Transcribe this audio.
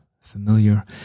familiar